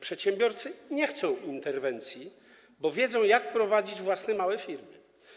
Przedsiębiorcy nie chcą interwencji, bo wiedzą, jak prowadzić własne małe firmy.